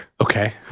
Okay